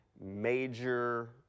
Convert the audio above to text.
major